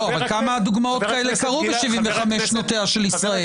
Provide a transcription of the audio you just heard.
כמה דוגמאות כאלה קרו ב-75 שנותיה של ישראל?